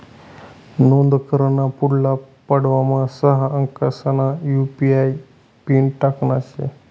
नोंद कराना पुढला पडावमा सहा अंकसना यु.पी.आय पिन टाकना शे